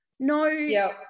No